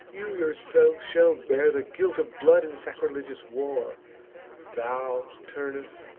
you yourselves shall bear the guilt of blood and sacrilegious war thou, turnus,